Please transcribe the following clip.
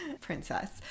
Princess